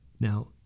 Now